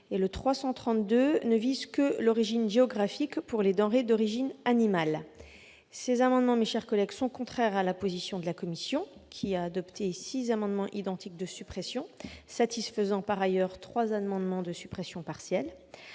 rectifié ne vise que l'origine géographique pour les denrées d'origine animale. Ces amendements sont contraires à la position de la commission, qui a adopté six amendements identiques de suppression, satisfaisant par ailleurs trois amendements de suppression partielle.